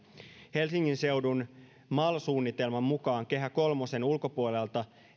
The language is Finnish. helsingin seudun mal suunnitelman mukaan kehä kolmosen ulkopuolelta